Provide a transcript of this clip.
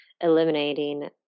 eliminating